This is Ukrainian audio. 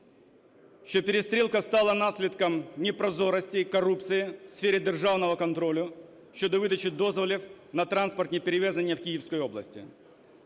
що перестрілка стала наслідком непрозорості, корупції у сфері державного контролю щодо видачі дозволів на транспортні перевезення в Київській області.